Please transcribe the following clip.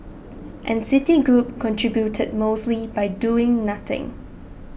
and Citigroup contributed mostly by doing nothing